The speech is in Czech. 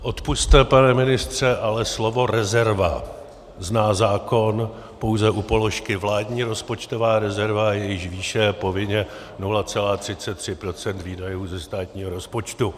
Odpusťte, pane ministře, ale slovo rezerva zná zákon pouze u položky vládní rozpočtová rezerva, jejíž výše je povinně 0,33 % výdajů ze státního rozpočtu.